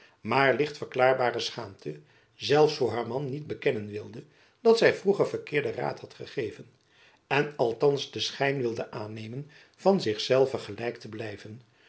maar licht verklaarbare schaamte zelfs voor haar man niet bekennen wilde dat zy vroeger verkeerden raad had gegeven en althands den schijn wilde aannemen van zich zelve gelijk te blijven